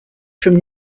from